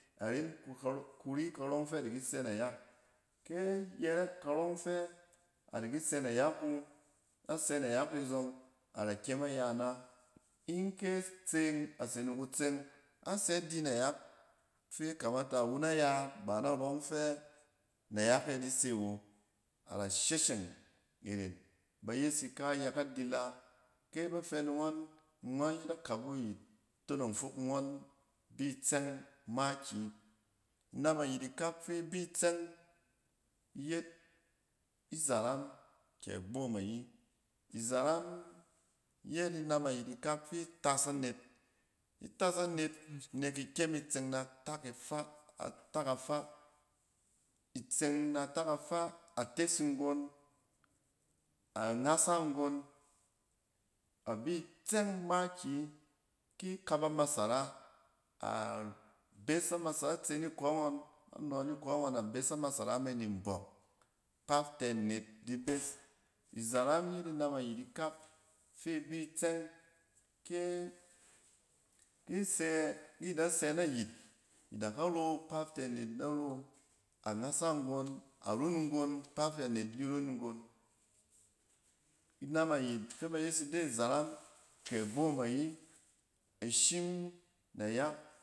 Aren kar-kuri karɔng fɛ adi ki sɛ nayak. Kɛ yɛrɛk karɔng fɛ adi ki sɛ nayak wu, asɛ nayak e zɔng, ada kyem aya ina. In kɛ tseng, ase ni ku tseng, asɛ di nayak fɛ a kamata iwu na ya ba na rɔng fɛ nayak e di se wo a da shesheng iren. Ba yes ika yɛ ka dila. Kɛ ba fɛ ni gɔn, ngɔn yet akbau yit tonong fok ngɔn bi tsang makiyi. Inam ayit ikak fi ibi tsɛng, yet izaram kɛ agboom ayi. Izaram yet inam ayit fi itas anet. Itas anet nek i kyem i tseng na tak ifaa, atak afaa. Itseng na tak afaa, a tes nggon a ngasa nggon, a bitsɛng makiyi. Ki kap a masara, a besamasa-a tse ni kɔ ngɔn, anɔ ni kɔ ngɔn, a bes a masara me ni mbɔk kpat tɛ anet di bes. Izaram yet inam ayit ikak fi ibi itsɛng. Kɛ isɛ, ki da sɛ na yit ida ka ro kpat tɛ net da ro. A ngasa nggon, a run nggon kpat tɛ net di run nggon. Inam ayit fɛ ba yes ide izaram, kɛ agboom ayi i shim nayak